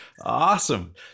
Awesome